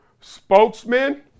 spokesman